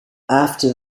after